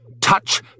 touch